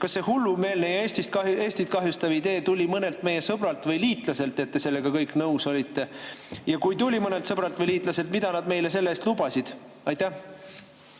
kas see hullumeelne ja Eestit kahjustav idee tuli mõnelt meie sõbralt või liitlaselt, et te sellega kõik nõus olite? Ja kui see tuli mõnelt sõbralt või liitlaselt, siis mida nad meile selle eest lubasid? Aitäh,